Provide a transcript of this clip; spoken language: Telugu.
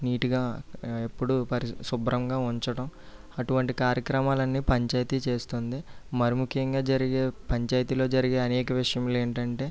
నీట్గా ఎప్పుడూ పరిశుభ్రంగా ఉంచడం అటువంటి కార్యక్రమాలన్నీ పంచాయితీ చేస్తుంది మరీ ముఖ్యంగా జరిగే పంచాయితీలో జరిగే అనేక విషయములు ఏంటంటే